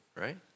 right